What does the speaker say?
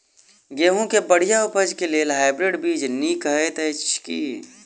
गेंहूँ केँ बढ़िया उपज केँ लेल हाइब्रिड बीज नीक हएत अछि की?